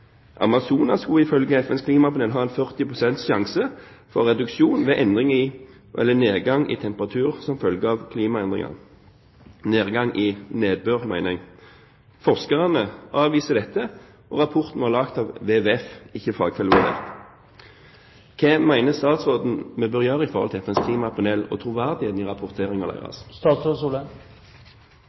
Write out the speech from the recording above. skulle ifølge FNs klimapanel stå i fare ved nedgang i nedbør som følge av klimaendringer. Forskere avviste dette. Rapporten var laget av WWF, og var ikke fagfellevurdert Hva mener statsråden vi bør gjøre i forhold til FNs klimapanel og troverdigheten i